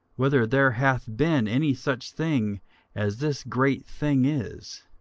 whether there hath been any such thing as this great thing is,